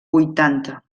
huitanta